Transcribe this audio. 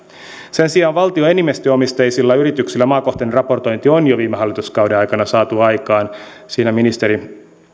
sen sijaan valtion enemmistöomisteisilla yrityksillä maakohtainen raportointi on jo viime hallituskauden aikana saatu aikaan siinä ministeri